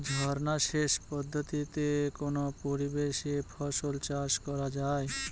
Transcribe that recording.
ঝর্না সেচ পদ্ধতিতে কোন পরিবেশে ফসল চাষ করা যায়?